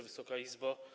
Wysoka Izbo!